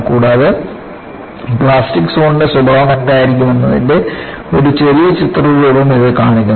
കൂടാതെ പ്ലാസ്റ്റിക് സോണിന്റെ സ്വഭാവം എന്തായിരിക്കുമെന്നതിന്റെ ഒരു ചെറിയ ചിത്രരൂപം ഇത് കാണിക്കുന്നു